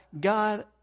God